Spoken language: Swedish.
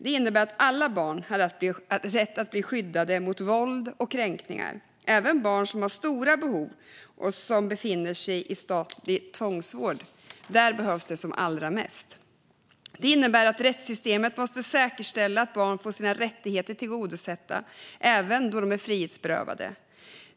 Det innebär att alla barn har rätt att skyddas mot våld och kränkningar, även barn som har stora behov och som befinner sig i statlig tvångsvård. Där behövs den som allra mest. Det innebär att rättssystemet måste säkerställa att barn får sina rättigheter tillgodosedda, även då de är frihetsberövade.